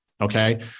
okay